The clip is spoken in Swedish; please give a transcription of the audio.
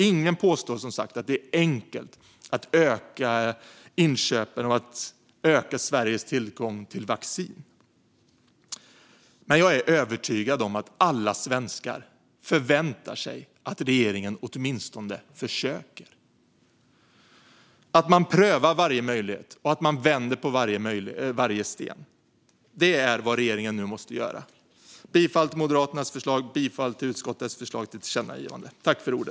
Ingen påstår att det är enkelt att öka inköpen och Sveriges tillgång till vaccin, men jag är övertygad om att alla svenskar förväntar sig att regeringen åtminstone försöker, att man prövar varje möjlighet och att man vänder på varje sten. Detta är vad regeringen nu måste göra. Jag yrkar bifall till Moderaternas förslag och till utskottets förslag till tillkännagivande.